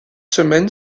semaine